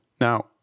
Now